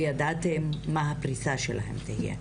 וידעתם מה הפריסה שלהם תהיה,